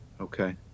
Okay